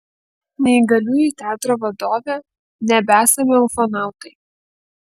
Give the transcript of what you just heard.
neįgaliųjų teatro vadovė nebesame ufonautai